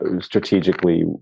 strategically